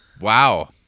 Wow